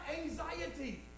anxiety